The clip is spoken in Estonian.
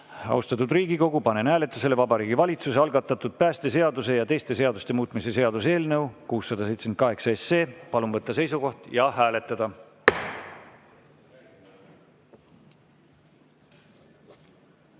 Aitäh! Austatud Riigikogu, panen hääletusele Vabariigi Valitsuse algatatud päästeseaduse ja teiste seaduste muutmise seaduse eelnõu 678. Palun võtta seisukoht ja hääletada!